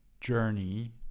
journey